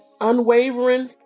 unwavering